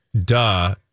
duh